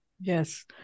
Yes